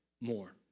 more